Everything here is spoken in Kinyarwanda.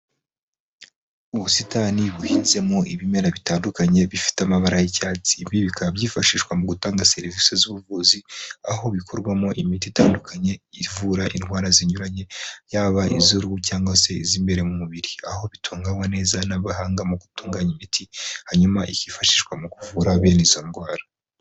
Ubusitani buhinzemo ibimera bitandukanye bifite amabara y'icyatsi bikaba byifashishwa mu gutanga serivisi z'ubuvuzi, aho bikorwamo imiti itandukanye ivura indwara zinyuranye yaba, iz'uruhu cyangwa se iz'imbere mu mubiri, aho bitunganywa neza n'abahanga mu gutunganya imiti hanyuma ikifashishwa mu kuvura bene izo ndwara.